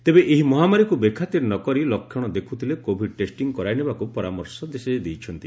ତେବେ ଏହି ମହାମାରୀକୁ ବେଖାତିର ନ କରି ଲକ୍ଷଣ ଦେଖୁଥିଲେ କୋଭିଡ୍ ଟେଷ୍ଟିଂ କରାଇ ନେବାକୁ ପରାମର୍ଶ ଦେଇଛନ୍ତି